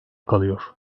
kalıyor